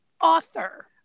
author